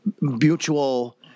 mutual